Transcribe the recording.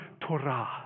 Torah